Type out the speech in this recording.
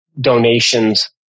donations